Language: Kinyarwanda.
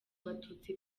abatutsi